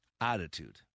Attitude